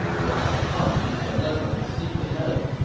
so i have come to deliver his secret letter.